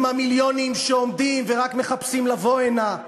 עם המיליונים שעומדים ורק מחפשים לבוא הנה.